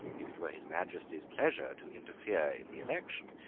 if it were his majesty's pleasure to interfere in the election,